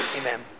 amen